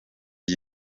iyi